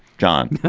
john?